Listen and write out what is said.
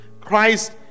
christ